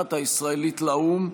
המשלחת הישראלית לאו"ם,